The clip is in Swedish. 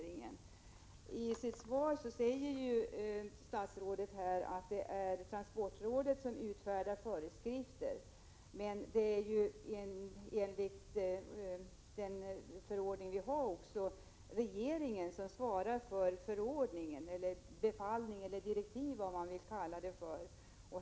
I sitt svar säger statsrådet att det är transportrådet som utfärdar föreskrifter, men enligt gällande förordning är det regeringen som utfärdar direktiv härför.